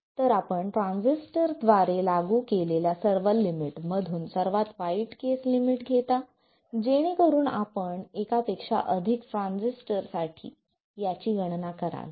तर आपण ट्रान्झिस्टर द्वारे लागू केलेल्या सर्व लिमिट मधून सर्वात वाईट केस लिमिट घेता जेणेकरून आपण एकापेक्षा अधिक ट्रान्झिस्टर साठी याची गणना कराल